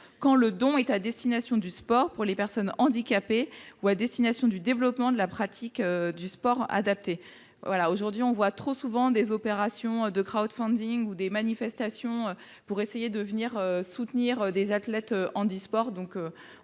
quand le don est à destination du sport pour les personnes handicapées ou du développement de la pratique du sport adapté. Aujourd'hui, ce sont trop souvent des opérations de ou des manifestations qui viennent soutenir les athlètes handisports.